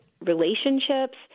relationships